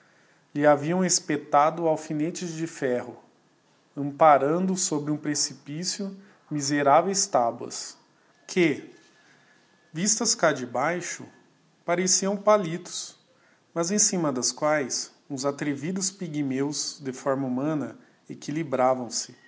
lhe haviam espetado alfinetes de ferro amparando sobre um precipício miseráveis taboas que vistas cá de baixo pareciam palitos mas em cima das quaes uns atrevidos pigmêos de forma humana equilibravam se